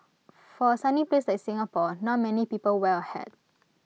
for A sunny place like Singapore not many people wear A hat